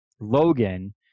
Logan